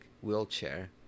wheelchair